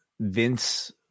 Vince